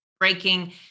breaking